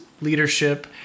leadership